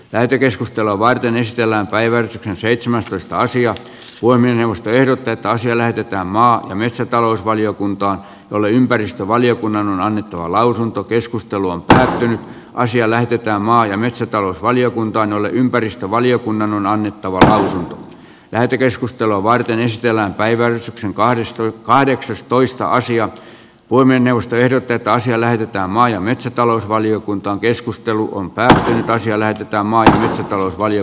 lähetekeskustelua varten esitellään päivän seitsemäntoista asiat voi minusta ehdotetaan sille että maa ja metsätalousvaliokunta oli ympäristövaliokunnan on annettava lausunto keskustelu on tosin asia lähetetään maa ja metsätalousvaliokuntaan ole ympäristövaliokunnan on annettu lähetekeskustelua varten esitellään päivän kahdesta kahdeksastoista asian voi minusta ehdotetaan siellä jotta maa ja metsätalousvaliokunta keskustelu on pääsääntö on siellä maata talousvaje